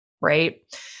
right